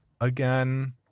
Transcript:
again